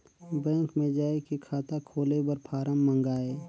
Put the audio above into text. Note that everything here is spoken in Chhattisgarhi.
बैंक मे जाय के खाता खोले बर फारम मंगाय?